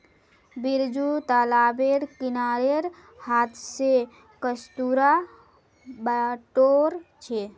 बिरजू तालाबेर किनारेर हांथ स कस्तूरा बटोर छ